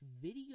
video